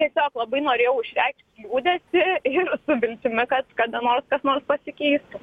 tiesiog labai norėjau išreikšt liūdesį ir su viltimi kad kada nors kas nors pasikeistų